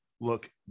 look